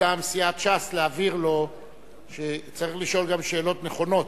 מטעם סיעת ש"ס שצריך לשאול גם שאלות נכונות.